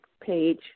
page